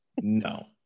no